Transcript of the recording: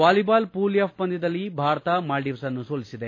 volleyball pool F ಪಂದ್ದದಲ್ಲಿ ಭಾರತ ಮಾಲ್ವೀವ್ಗನ್ನು ಸೋಲಿಸಿದೆ